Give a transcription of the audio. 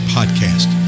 Podcast